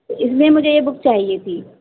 تو اس لیے مجھے یہ بک چاہیے تھی